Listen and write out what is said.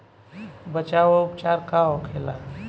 बचाव व उपचार का होखेला?